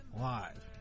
live